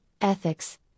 ethics